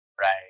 right